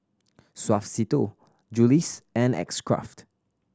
Suavecito Julie's and X Craft